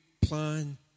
plan